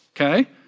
okay